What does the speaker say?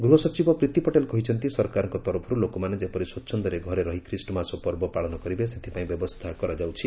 ଗୃହସଚିବ ପ୍ରୀତି ପଟେଲ କହିଛନ୍ତି ସରକାରଙ୍କ ତରଫରୁ ଲୋକମାନେ ଯେପରି ସ୍ୱଚ୍ଛନ୍ଦରେ ଘରେ ରହି ଖ୍ରୀଷ୍ଟମାସ ପର୍ବ ପାଳନ କରିବେ ସେଥିପାଇଁ ବ୍ୟବସ୍ଥା କରାଯାଉଛି